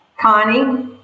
Connie